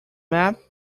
map